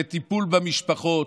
בטיפול במשפחות,